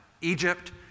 Egypt